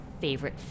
favorite